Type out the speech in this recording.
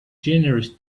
generous